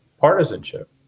partisanship